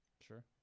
Sure